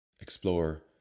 explore